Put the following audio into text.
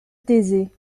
taisait